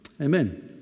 Amen